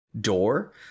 door